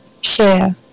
share